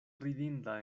ridinda